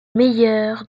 meilleur